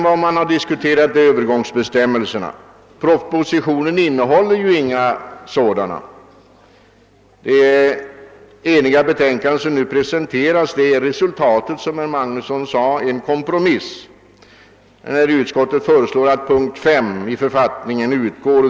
Vad man har diskuterat är övergångsbestämmelserna; propositionen innehåller ju inga sådana. Det enhälliga betänkande som nu presenteras är — som herr Magnusson i Borås sade — resultatet av en kompromiss. Utskottet föreslår att punkten 5 i förordningen utgår.